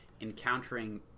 encountering